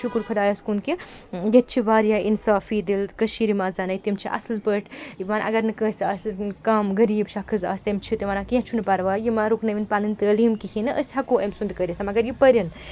شُکُر خۄدایَس کُن کہِ ییٚتہِ چھِ واریاہ اِنصافی دِل کٔشیٖرِ منٛزنَے تِم چھِ اَصٕل پٲٹھۍ یِوان اَگر نہٕ کٲنٛسہِ آسہِ کَم غریٖب شخص آسہِ تٔمِس چھِ تِم وَنان کیٚنٛہہ چھُنہٕ پَرواے یہِ مَہ رُکنٲوِن پَنٕنۍ تٲلیٖم کِہیٖنۍ نہٕ أسۍ ہٮ۪کو أمۍ سُنٛد کٔرِتھ مگر یہِ پٔرِن